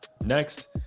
Next